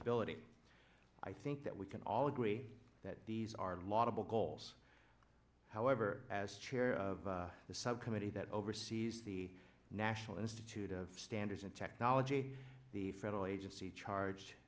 ability i think that we can all agree that these are laudable goals however as chair of the subcommittee that oversees the national institute of standards and technology the federal agency charged